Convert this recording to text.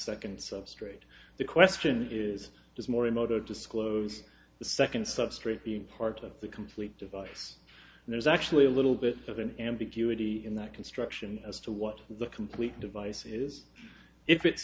second substrate the question is just more emotive disclose the second substrate being part of the complete device and there's actually a little bit of an ambiguity in that construction as to what the complete device is if it's